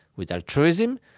with altruism,